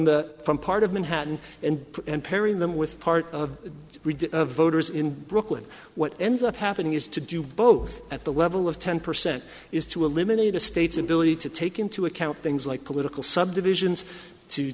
the front part of manhattan and pairing them with part of the voters in brooklyn what ends up happening is to do both at the level of ten percent is to eliminate a state's ability to take into account things like political subdivisions to